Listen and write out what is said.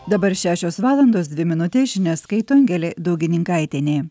dabar šešios valandos dvi minutės žinias skaito angelė daugininkaitienė